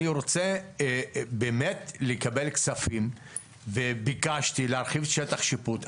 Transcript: אני רוצה באמת לקבל כספים וביקשתי להרחיב את שטח השיפוט,